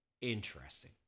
interesting